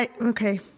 Okay